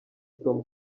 tom